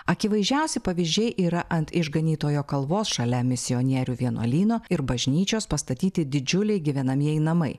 akivaizdžiausi pavyzdžiai yra ant išganytojo kalvos šalia misionierių vienuolyno ir bažnyčios pastatyti didžiuliai gyvenamieji namai